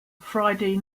friday